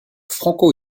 franco